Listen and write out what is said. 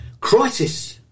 crisis